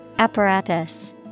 Apparatus